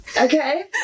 Okay